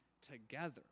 together